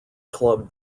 club